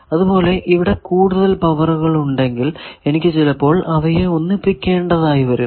അതുപോലെ ഇവിടെ കൂടുതൽ പവറുകൾ ഉണ്ടെങ്കിൽ എനിക്ക് ചിലപ്പോൾ അവയെ ഒന്നിപ്പിക്കേണ്ടതായി വരും